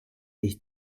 ich